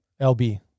LB